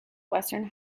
western